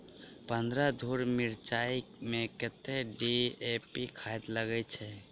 पन्द्रह धूर मिर्चाई मे कत्ते डी.ए.पी खाद लगय छै?